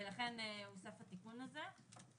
ולכן הוסף התיקון זה.